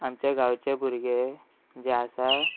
आमचे भुरगे जे आसात